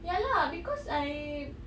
ya lah because I